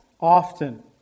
often